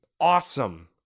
awesome